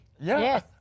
Yes